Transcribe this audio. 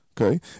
okay